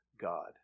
God